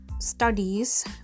studies